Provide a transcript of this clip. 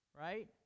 right